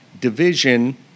division